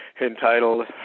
entitled